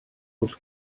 wrth